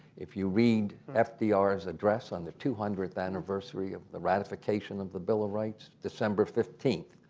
if you read f d r s address on the two hundredth anniversary of the ratification of the bill of rights, december fifteen,